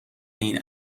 این